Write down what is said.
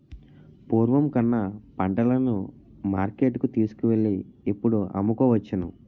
పూర్వం కన్నా పంటలను మార్కెట్టుకు తీసుకువెళ్ళి ఇప్పుడు అమ్ముకోవచ్చును